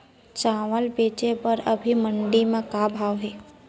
चांवल बेचे बर अभी मंडी म का भाव हे?